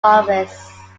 office